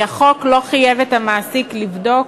כי החוק לא חייב את המעסיק, לא לבדוק,